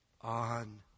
on